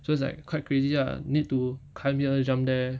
so it's like quite crazy ah need to climb here jump there